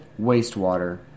wastewater